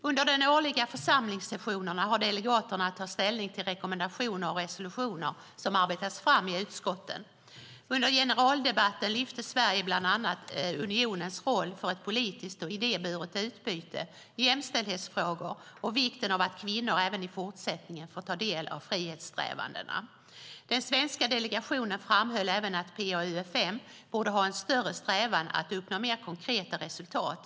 Under den årliga församlingssessionen har delegaterna att ta ställning till rekommendationer och resolutioner som arbetas fram i utskotten. Under generaldebatten lyfte Sverige fram bland annat unionens roll för ett politiskt och idéburet utbyte, jämställdhetsfrågor och vikten av att kvinnor även i fortsättningen får ta del av frihetssträvandena. Den svenska delegationen framhöll även att PA-UfM borde ha en större strävan att uppnå mer konkreta resultat.